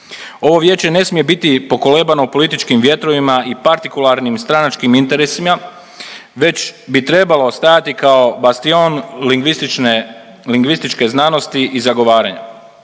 Ovo Vijeće ne smije biti pokolebano političkim vjetrovima i partikularni i stranačkim interesima, već bi trebalo stajati kao bastion lingvističke znanosti i zagovaranja.